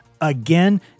again